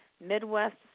Midwest